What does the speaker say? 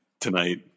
tonight